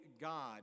God